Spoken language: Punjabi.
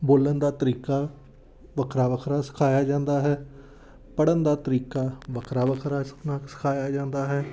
ਬੋਲਣ ਦਾ ਤਰੀਕਾ ਵੱਖਰਾ ਵੱਖਰਾ ਸਿਖਾਇਆ ਜਾਂਦਾ ਹੈ ਪੜ੍ਹਨ ਦਾ ਤਰੀਕਾ ਵੱਖਰਾ ਵੱਖਰਾ ਸਿਖਣਾ ਸਿਖਾਇਆ ਜਾਂਦਾ